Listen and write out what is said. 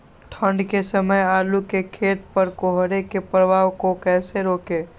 ठंढ के समय आलू के खेत पर कोहरे के प्रभाव को कैसे रोके?